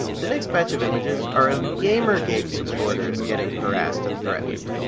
the next batch of images are of gamergate supporters getting harassed and threatened.